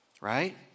Right